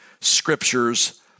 scriptures